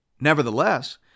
Nevertheless